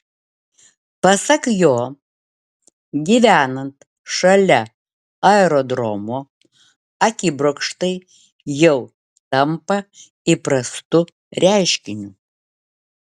pasak jo gyvenant šalia aerodromo akibrokštai jau tampa įprastu reiškiniu